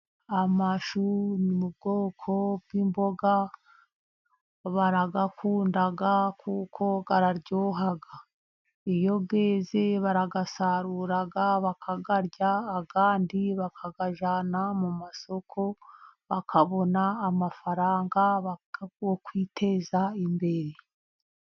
Amashu ni ubwoko bw'imboga. Barayakunda kuko araryoha. Iyo yeze, barayasarura bakayarya, ayandi bakayajyana mu masoko bakabona amafaranga yo kwiteza imbere.